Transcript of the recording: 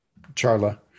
Charla